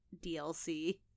DLC